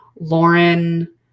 Lauren